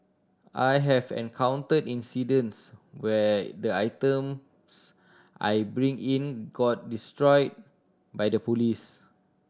I have encountered incidents where the items I bring in get destroyed by the police